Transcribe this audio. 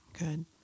Good